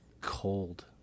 cold